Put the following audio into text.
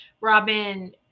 Robin